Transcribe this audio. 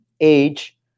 age